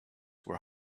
were